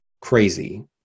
crazy